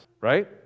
right